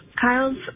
Kyle's